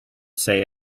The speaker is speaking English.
say